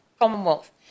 Commonwealth